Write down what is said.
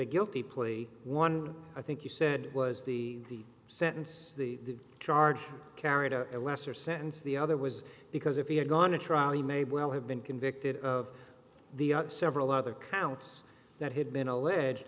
a guilty plea one i think you said was the sentence the charge carried out a lesser sentence the other was because if he had gone to trial he may well have been convicted of the several other counts that had been alleged